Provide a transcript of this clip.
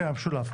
המשולב.